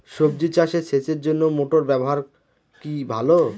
সবজি চাষে সেচের জন্য মোটর ব্যবহার কি ভালো?